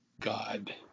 God